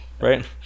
Right